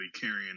carrying